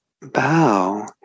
bow